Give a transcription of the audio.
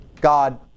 God